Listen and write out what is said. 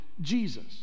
Jesus